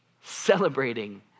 celebrating